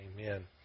Amen